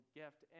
gift